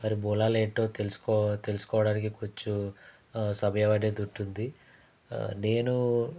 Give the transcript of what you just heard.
వారి మూలాలు ఏంటో తెలుసుకో తెలుసుకోవడానికి కొంచెం సమయం అనేది ఉంటుంది నేను